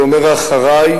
ואומר "אחרי",